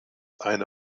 eine